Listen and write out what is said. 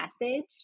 message